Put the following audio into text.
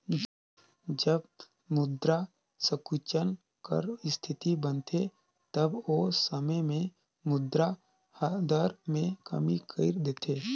जब मुद्रा संकुचन कर इस्थिति बनथे तब ओ समे में मुद्रा दर में कमी कइर देथे